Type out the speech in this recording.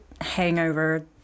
hangover